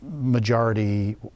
majority